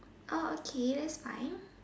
oh okay thats fine